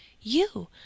You